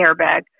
airbag